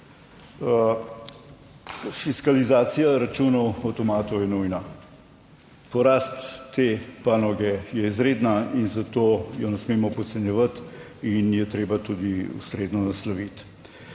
Fiskalizacija računov avtomatov je nujna, porast te panoge je izredna in zato je ne smemo podcenjevati, in je treba tudi ustrezno nasloviti.